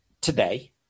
today